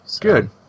good